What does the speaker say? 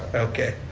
okay.